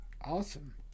Awesome